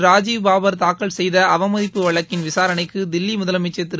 ராஜீவ் பாபர் தாக்கல் செய்த அவமதிப்பு வழக்கின் விசாரணைக்கு தில்லி முதலமைச்சர் திரு